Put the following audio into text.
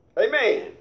Amen